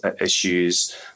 issues